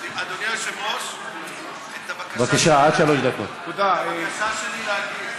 אדוני היושב-ראש, את הבקשה שלי להגיב,